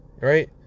right